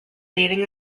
leading